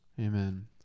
Amen